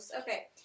Okay